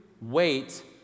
wait